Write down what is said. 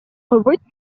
койбойт